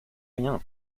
rien